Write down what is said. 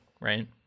right